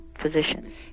physicians